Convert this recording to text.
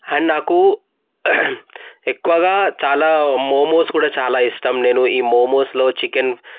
and నాకు ఎక్కువగా చాలా మోమోస్ కూడా చాలా ఇష్టం నేను ఈ మోమోస్లో చికెన్